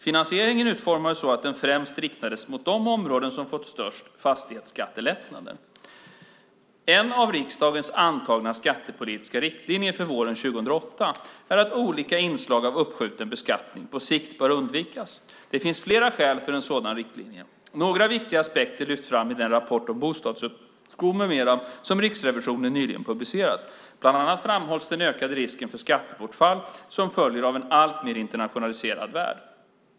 Finansieringen utformades så att den främst riktades mot de områden som fått störst fastighetsskattelättnader. En av riksdagens antagna skattepolitiska riktlinjer från våren 2008 är att olika inslag av uppskjuten beskattning på sikt bör undvikas. Det finns flera skäl för en sådan riktlinje. Några viktiga aspekter lyfts fram i den rapport om bostadsuppskov med mera som Riksrevisionen nyligen publicerat. Bland annat framhålls den ökade risken för skattebortfall som följer av en alltmer internationaliserad värld.